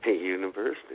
University